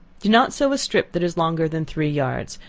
do not sew a strip that is longer than three yards,